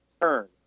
turn